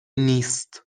نیست